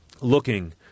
Looking